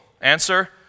Answer